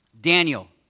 Daniel